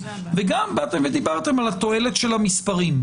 וגם דיברתם על התועלת של המספרים.